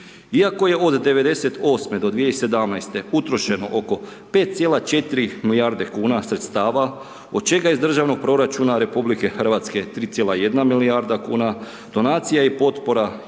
Iako je od '98. do 2017. utrošeno oko 5,4 milijarde kuna sredstava od čega iz državnog proračuna RH 3,1 milijarda kuna, donacija i potpora